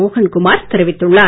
மோகன்குமார் தெரிவித்துள்ளார்